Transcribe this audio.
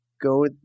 go